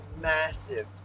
massive